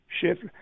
Shift